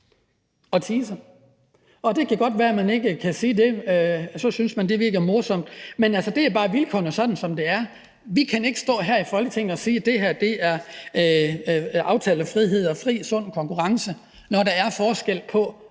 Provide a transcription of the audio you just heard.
og Thise. Og det kan godt være, at man ikke kan se det, og at man synes, det virker morsomt, men altså, det er bare vilkårene, sådan som det er. Vi kan ikke stå her i Folketinget og sige, at det her er aftalefrihed og fri sund konkurrence, når der er forskel på,